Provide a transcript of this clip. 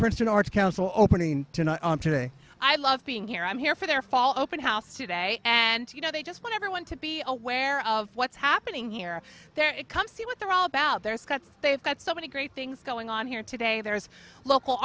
arts council opening today i love being here i'm here for their fall open house today and you know they just want everyone to be aware of what's happening here there it come see what they're all about they're scots they've got so many great things going on here today there's local